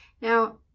Now